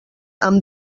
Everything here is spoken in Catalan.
amb